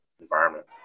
environment